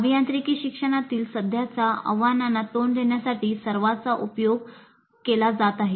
अभियांत्रिकी शिक्षणातील सध्याच्या आव्हानांना तोंड देण्यासाठी सर्वांचा उपयोग केला जात आहे